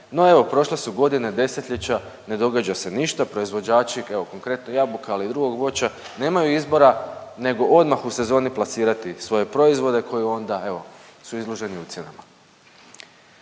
no evo prošle su godine, 10-ljeća, ne događa se ništa, proizvođači evo konkretno jabuka, ali i drugog voća nemaju izbora nego odmah u sezoni plasirati svoje proizvode koji onda evo su izloženi ucjenama.